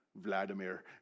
Vladimir